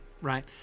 Right